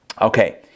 Okay